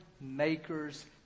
makers